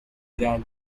grand